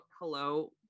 hello